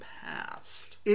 past